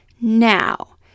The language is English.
Now